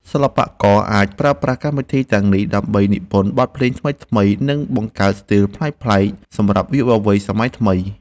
សិល្បករអាចប្រើប្រាស់កម្មវិធីទាំងនេះដើម្បីនិពន្ធបទភ្លេងថ្មីៗ និង បង្កើតស្ទីលប្លែកៗសម្រាប់យុវវ័យសម័យថ្មី។